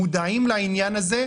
מודעים לעניין הזה.